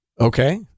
Okay